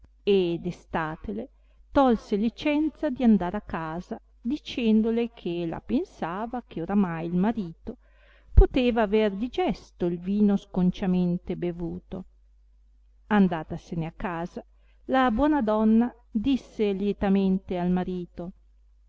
e destatele tolse licenza di andar a casa dicendole che la pensava che oramai il marito poteva aver digesto il vino sconciamente bevuto andatasene a casa la buona donna disse lietamente al marito